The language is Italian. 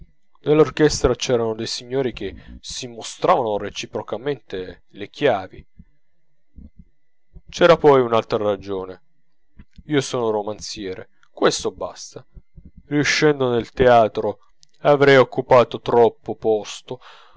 nell'orchestra c'erano dei signori che si mostravano reciprocamente le chiavi c'era poi un'altra ragione io sono romanziere questo basta riuscendo nel teatro avrei occupato troppo posto